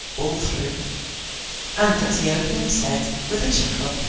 all through and that he openly said, with a chuckle,